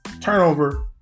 turnover